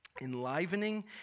enlivening